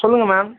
சொல்லுங்கள் மேம்